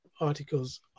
articles